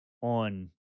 On